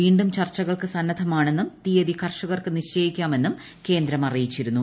വീണ്ടും ചർച്ചകൾക്ക് സന്നദ്ധമാണെന്നും തീയതി കർഷകർക്ക് നിശ്ചയിക്കാമെന്നും കേന്ദ്രം അറിയിച്ചിരുന്നു